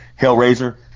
Hellraiser